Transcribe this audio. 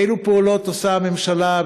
אילו פעולות עושה הממשלה,